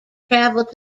travelled